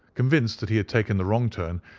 convinced that he had taken the wrong turn,